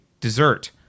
dessert